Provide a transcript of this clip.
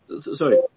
sorry